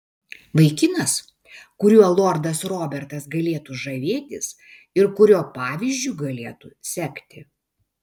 vaikinas kuriuo lordas robertas galėtų žavėtis ir kurio pavyzdžiu galėtų sekti